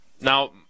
Now